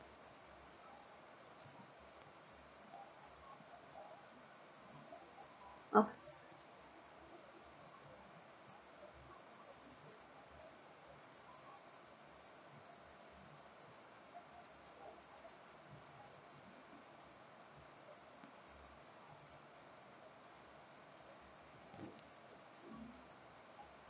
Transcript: oh